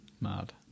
Mad